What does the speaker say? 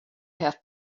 have